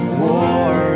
war